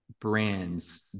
brands